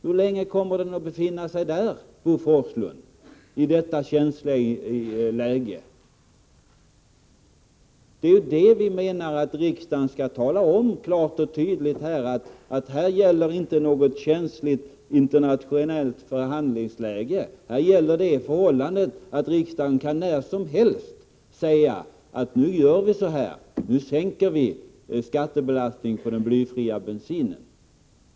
Hur länge kommer frågan att befinna sig i detta känsliga läge, Bo Forslund? Vi reservanter menar att riksdagen klart och tydligt skall tala om att det här inte gäller något känsligt internationellt förhandlingsläge, utan här gäller det förhållandet att riksdagen när som helst kan säga att vi skall sänka skattebelastningen för den blyfria bensinen.